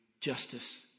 justice